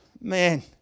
Man